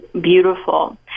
beautiful